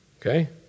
Okay